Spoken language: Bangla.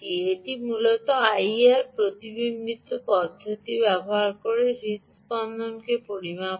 এটি মূলত আইআর প্রতিবিম্বিত পদ্ধতি ব্যবহার করে হৃদস্পন্দনকে পরিমাপ করে